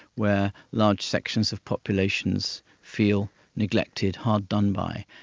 where large sections of populations feel neglected, hard done by,